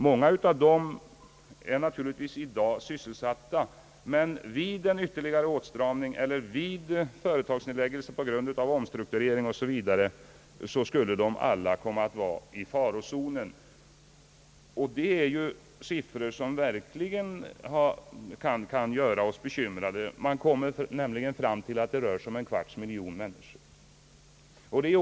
Många av dem är naturligtvis i dag sysselsatta, men vid en ytterligare åtstramning eller vid företagsnedläggelse på grund av omstrukturering m.m. skulle de alla komma i farozonen. Här är det fråga om siffror som verkligen kan göra oss bekymrade. Man kommer nämligen fram till att det rör sig om en kvarts miljon människor.